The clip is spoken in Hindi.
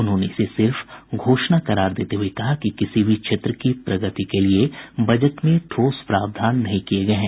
उन्होंने इसे सिर्फ घोषणा करार देते हुए कहा कि किसी भी क्षेत्र की प्रगति के लिये बजट में ठोस प्रावधान नहीं किये गये हैं